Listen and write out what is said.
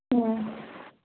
ꯎꯝ